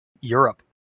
Europe